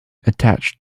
attached